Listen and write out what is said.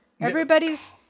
everybody's